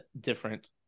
different